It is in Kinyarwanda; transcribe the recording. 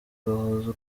bahuza